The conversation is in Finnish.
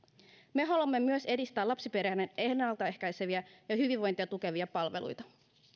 me haluamme myös edistää lapsiperheiden ennalta ehkäiseviä ja hyvinvointia tukevia palveluita